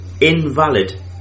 invalid